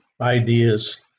ideas